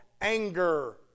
anger